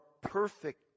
perfect